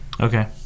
Okay